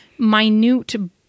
Minute